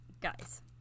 Guys